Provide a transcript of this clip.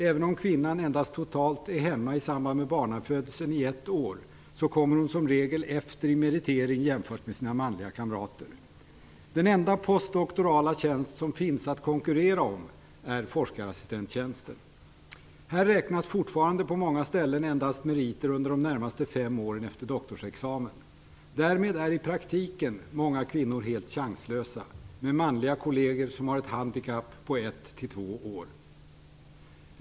Även om kvinnan endast totalt är hemma i samband med barnafödsel i ett år så kommer hon som regel efter i meritering jämfört med sina manliga kamrater. Den enda postdoktorala tjänst som finns att konkurrera om är forskarassistenttjänsten. Här räknas fortfarande på många ställen endast meriter under de närmaste fem åren efter doktorsexamen. Därmed är i praktiken många kvinnor helt chanslösa, med manliga kolleger som har ett handikapp på ett till två år.